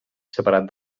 separat